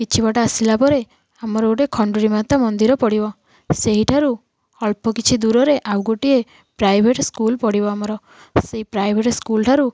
କିଛି ବାଟ ଆସିଲା ପରେ ଆମର ଗୋଟେ ଖଣ୍ଡୁରି ମାତା ମନ୍ଦିର ପଡ଼ିବ ସେହିଠାରୁ ଅଳ୍ପ କିଛି ଦୂରରେ ଆଉ ଗୋଟିଏ ପ୍ରାଇଭେଟ୍ ସ୍କୁଲ ପଡ଼ିବ ଆମର ସେଇ ପ୍ରାଇଭେଟ୍ ସ୍କୁଲ ଠାରୁ